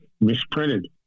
Misprinted